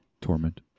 Torment